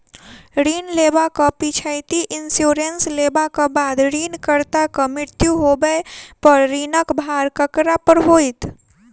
ऋण लेबाक पिछैती इन्सुरेंस लेबाक बाद ऋणकर्ताक मृत्यु होबय पर ऋणक भार ककरा पर होइत?